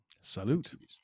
Salute